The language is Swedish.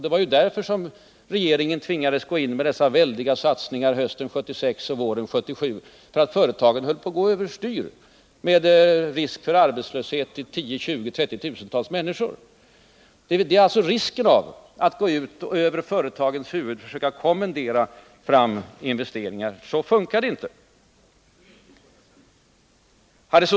Det var ju därför som regeringen tvingades att gå in med väldiga satsningar under hösten 1976 och våren 1977. Företagen höll på att gå över styr, med risk för arbetslöshet för 10 000-, 20 000 eller 30 000-tals människor. Det är alltså riskabelt att gå ut och över företagens huvud försöka kommendera fram investeringar. Så funkar det inte.